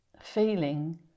feeling